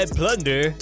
plunder